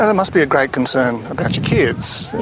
and must be a great concern about your kids.